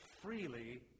Freely